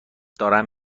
دارم